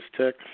Tech